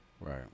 right